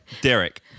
Derek